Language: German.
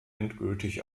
endgültig